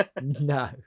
No